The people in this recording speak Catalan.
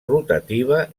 rotativa